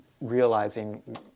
realizing